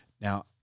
Now